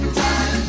time